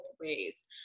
ways